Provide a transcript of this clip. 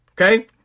Okay